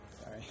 Sorry